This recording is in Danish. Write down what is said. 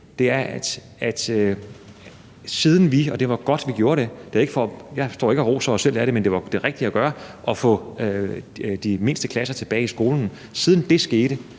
se, er, at siden vi – og det var godt, vi gjorde det, og jeg står ikke og roser os selv for det, men det var det rigtige at gøre – fik de mindste klasser tilbage i skole, kan vi nu spore,